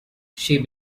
she